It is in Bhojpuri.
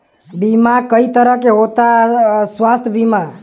बीमा कई तरह के होता स्वास्थ्य बीमा?